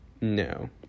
...no